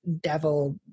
devil